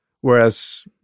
Whereas